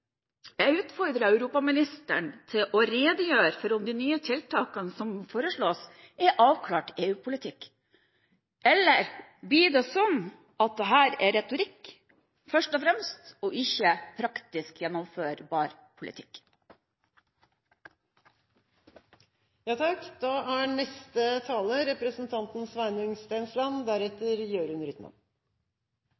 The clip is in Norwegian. jeg utfordrer europaministeren til å redegjøre for om de nye tiltakene som foreslås, er avklart EU-politikk – eller blir det slik at dette først og fremst er retorikk og ikke praktisk gjennomførbar